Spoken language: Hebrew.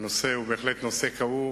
הנושא הוא בהחלט נושא כאוב.